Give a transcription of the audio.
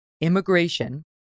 immigration